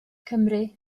cymry